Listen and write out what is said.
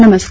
नमस्कार